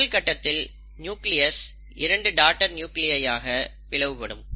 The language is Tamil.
முதல் கட்டத்தில் நியூக்ளியஸ் இரண்டு டாடர் நியூக்ளியய் ஆக பிளவுபடும்